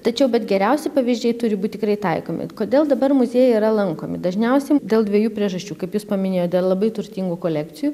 tačiau bet geriausi pavyzdžiai turi būt tikrai taikomi kodėl dabar muziejai yra lankomi dažniausiai dėl dviejų priežasčių kaip jūs paminėjot dėl labai turtingų kolekcijų